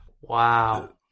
Wow